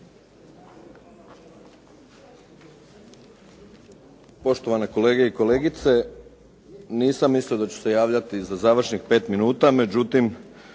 Poštovane kolege i kolegice nisam mislio da ću se javljati za završnih 5 minuta, međutim